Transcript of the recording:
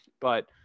But-